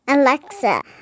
Alexa